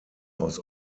aus